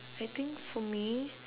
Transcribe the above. I think for me